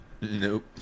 Nope